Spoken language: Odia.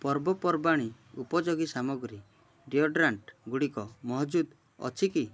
ପର୍ବପର୍ବାଣି ଉପଯୋଗୀ ସାମଗ୍ରୀ ଡିଓଡ୍ରାଣ୍ଟ୍ଗୁଡ଼ିକ ମହଜୁଦ ଅଛି କି